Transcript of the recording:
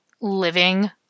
living